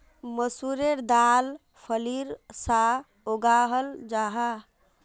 मसूरेर दाल फलीर सा उगाहल जाहा